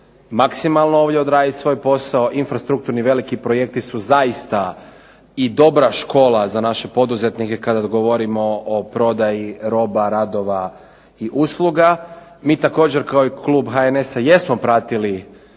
maksimalno ovdje odraditi svoj posao. Infrastrukturni veliki projekti su zaista i dobra škola za naše poduzetnike kada govorimo o prodaji roba, radova i usluga. Mi također kao i klub HNS-a jesmo pratili